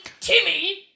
Timmy